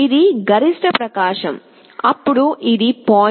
ఇది గరిష్ట ప్రకాశం అప్పుడు ఇది 0